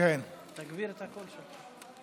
תגביר את הקול שלך.